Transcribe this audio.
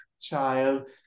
child